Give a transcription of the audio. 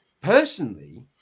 personally